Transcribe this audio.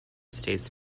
states